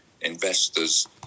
investors